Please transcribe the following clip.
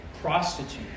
Prostitute